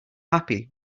happy